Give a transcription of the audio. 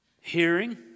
Hearing